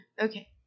Okay